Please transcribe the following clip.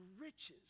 riches